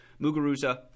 Muguruza